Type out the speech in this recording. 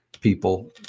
people